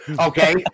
okay